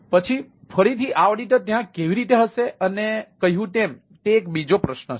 પછી ફરીથી આ ઓડિટર ત્યાં કેવી રીતે હશે અને કહ્યું તેમ તે બીજો પ્રશ્ન છે